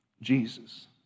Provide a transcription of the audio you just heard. Jesus